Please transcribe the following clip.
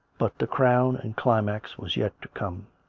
but the crown and climax was yet to come.